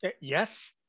Yes